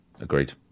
Agreed